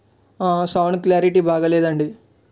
sound clarity బాగా లేదండి